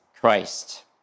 Christ